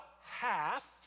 half